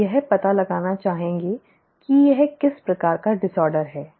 आप यह पता लगाना चाहेंगे कि यह किस तरह का विकार है